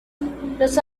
los